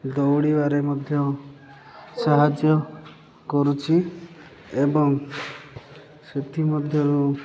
ଦୌଡ଼ିବାରେ ମଧ୍ୟ ସାହାଯ୍ୟ କରୁଛି ଏବଂ ସେଥିମଧ୍ୟରୁ